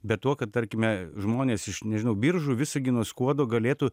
bet tuo kad tarkime žmonės iš nežinau biržų visagino skuodo galėtų